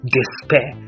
despair